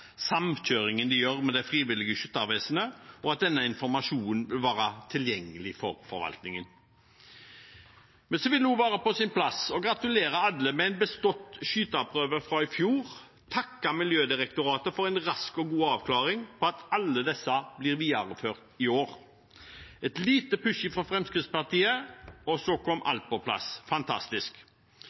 samkjøringen de gjør med Det frivillige Skyttervesen, og at denne informasjonen vil være tilgjengelig for forvaltningen. Det vil også være på sin plass å gratulere alle med bestått skyteprøve fra i fjor, takke Miljødirektoratet for en rask og god avklaring av at alle disse blir videreført i år. Et lite push fra Fremskrittspartiet – og så kom alt på plass. Fantastisk!